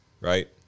right